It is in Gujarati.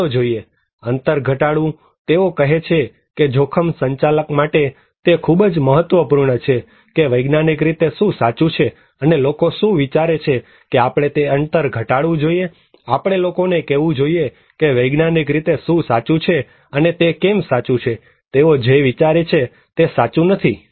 ચાલો જોઈએ અંતર ઘટાડવું તેઓ કહે છે કે જોખમ સંચાલક માટે તે ખૂબ જ મહત્વપૂર્ણ છે કે વૈજ્ઞાનિક રીતે શું સાચું છેઅને લોકો શું વિચારે છે કે આપણે તે અંતર ઘટાડવું જોઇએ આપણે લોકોને કહેવું જોઈએ કે વૈજ્ઞાનિક રીતે શું સાચું છે અને તે કેમ સાચું છે તેઓ જે વિચારે છે તે સાચું નથી